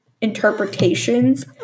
interpretations